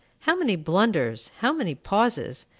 how many blunders, how many pauses,